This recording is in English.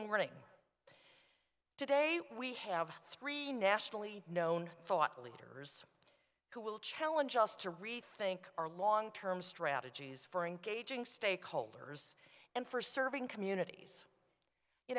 morning today we have three nationally known thought leader who will challenge us to rethink our long term strategies for engaging stakeholders and for serving communities you